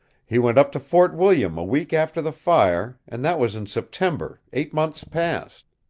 he went up to fort william a week after the fire, and that was in september, eight months past.